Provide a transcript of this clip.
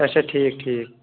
اچھا ٹھیٖک ٹھیٖک